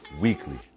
weekly